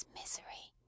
misery